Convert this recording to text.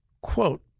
Quote